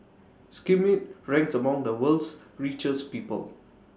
Schmidt ranks among the world's richest people